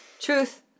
truth